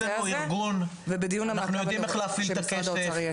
יש לנו ארגון, אנחנו יודעים איך להפעיל את הכסף,